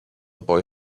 boy